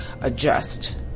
adjust